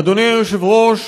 אדוני היושב-ראש,